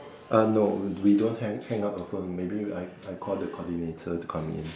uh no we don't hang hang up the phone maybe I I call the coordinator to come in